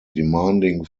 demanding